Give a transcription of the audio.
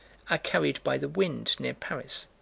are carried by the wind near paris.